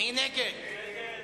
מי נגד?